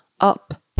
up